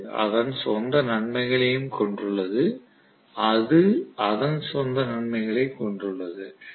இது அதன் சொந்த நன்மைகளைக் கொண்டுள்ளது அது அதன் சொந்த நன்மைகளைக் கொண்டுள்ளது